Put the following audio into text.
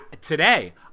Today